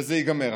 וזה ייגמר.